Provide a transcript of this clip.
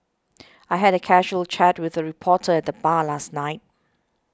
I had a casual chat with a reporter at the bar last night